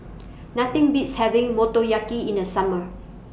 Nothing Beats having Motoyaki in The Summer